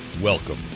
Welcome